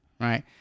Right